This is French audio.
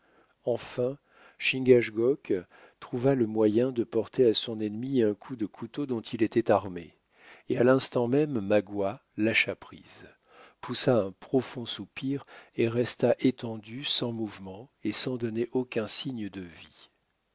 enfin chingachgook trouva le moyen de porter à son ennemi un coup du couteau dont il était armé et à l'instant même magua lâcha prise poussa un profond soupir et resta étendu sans mouvement et sans donner aucun signe de vie